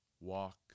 walk